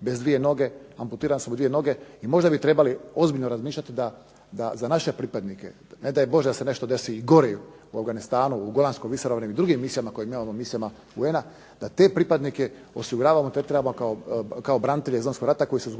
bez dvije noge, amputirane su mu dvije noge i možda bi trebali ozbiljno razmišljati da za naše pripadnike, ne daj Bože da se desi nešto i gore u Afganistanu, u … i drugim misijama UN-a da te pripadnike osiguravamo, te trebamo kao branitelje iz Domovinskog rata koji su